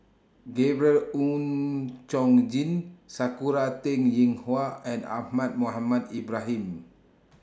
Gabriel Oon Chong Jin Sakura Teng Ying Hua and Ahmad Mohamed Ibrahim